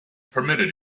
permitted